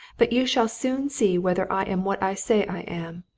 but you shall soon see whether i am what i say i am.